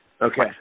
Okay